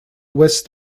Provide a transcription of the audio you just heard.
west